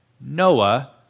Noah